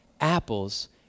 Apples